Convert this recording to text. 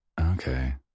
okay